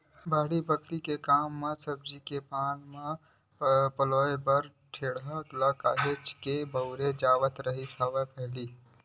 बाड़ी बखरी के काम म सब्जी पान मन म पानी पलोय बर टेंड़ा ल काहेच के बउरे जावत रिहिस हवय पहिली